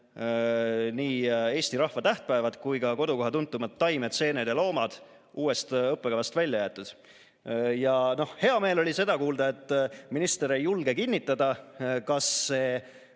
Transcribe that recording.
nii eesti rahva tähtpäevad kui ka kodukoha tuntumad taimed, seened ja loomad uuest õppekavast välja jäetud. Hea meel oli kuulda, et minister ei julge kinnitada, kas see